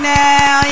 now